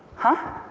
huh?